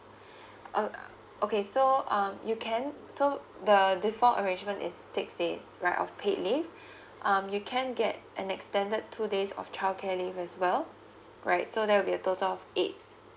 uh okay so um you can so the default arrangement is six days right of paid leave um you can get an extended two days of childcare leave as well right so there will be a total of eight